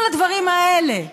כל הדברים האלה צריכים,